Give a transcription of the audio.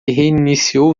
reiniciou